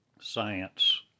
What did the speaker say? science